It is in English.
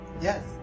yes